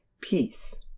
peace